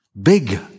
Big